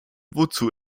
wozu